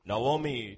Naomi